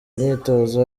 imyitozo